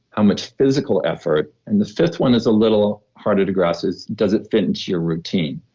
how much physical effort? and the fifth one is a little harder to gasp is, does it fit into your routine?